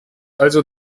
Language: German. also